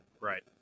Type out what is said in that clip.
right